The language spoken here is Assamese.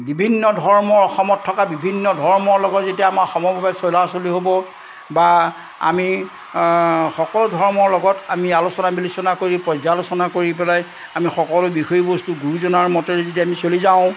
বিভিন্ন ধৰ্মৰ অসমত থকা বিভিন্ন ধৰ্মৰ লগত যেতিয়া আমাৰ সমভাৱে চলা চলি হ'ব বা আমি সকলো ধৰ্মৰ লগত আমি আলোচনা বিলোচনা কৰি পৰ্যালোচনা কৰি পেলাই আমি সকলো বিষয়বস্তু গুৰুজনাৰ মতেই দি আমি চলি যাওঁ